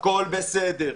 הכול בסדר,